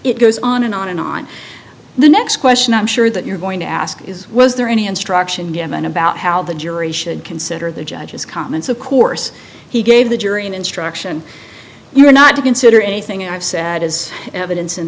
it goes on and on on and the next question i'm sure that you're going to ask is was there any instruction given about how the jury should consider the judge's comments of course he gave the jury an instruction you're not to consider anything i've said as evidence in